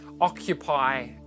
Occupy